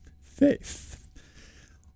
Faith